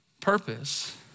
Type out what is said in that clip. purpose